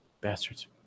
Bastards